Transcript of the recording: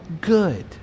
good